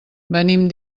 venim